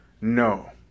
No